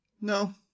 No